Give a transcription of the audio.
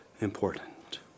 important